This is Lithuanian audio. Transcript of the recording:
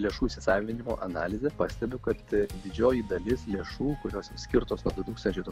lėšų įsisavinimo analizę pastebiu kad didžioji dalis lėšų kurios skirtos du tūkstančiai